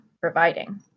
providing